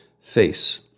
face